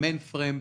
"מיינפרם",